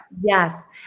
Yes